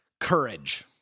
Courage